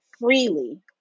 freely